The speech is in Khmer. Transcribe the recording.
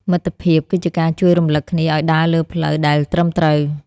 មិត្តភាពគឺជាការជួយរំលឹកគ្នាឱ្យដើរលើផ្លូវដែលត្រឹមត្រូវ។